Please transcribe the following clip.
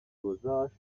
گذاشت